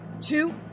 Two